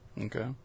Okay